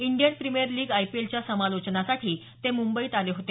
Indian Premier League आयपीएलच्या समालोचनासाठी ते मुंबईत आले होते